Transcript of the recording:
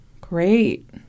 Great